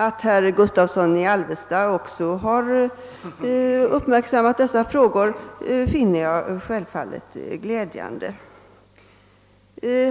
Att herr Gustavsson i Alvesta också haft sin uppmärksamhet riktad på dessa frågor finner jag självfallet glädjande.